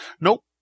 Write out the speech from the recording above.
Nope